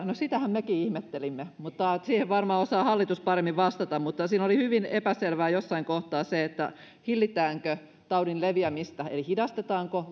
no sitähän mekin ihmettelimme mutta siihen varmaan osaa hallitus paremmin vastata oli hyvin epäselvää jossain kohtaa se hillitäänkö taudin leviämistä eli hidastetaanko